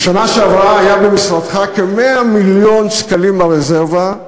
בשנה שעברה היו במשרדך כ-100 מיליון שקלים ברזרבה.